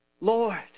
Lord